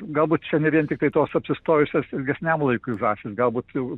galbūt čia ne vien tiktai tos apsistojusios ilgesniam laikui važiuos galbūt jau